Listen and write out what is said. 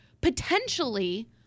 Potentially